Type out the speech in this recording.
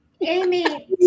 Amy